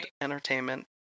entertainment